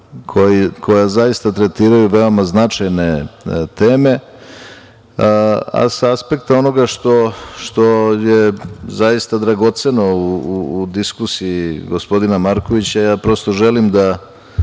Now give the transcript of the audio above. koja zaista tretiraju veoma značajne teme, a sa aspekta onoga što je zaista dragoceno u diskusiji gospodina Markovića, prosto želim da